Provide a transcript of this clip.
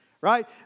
right